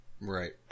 Right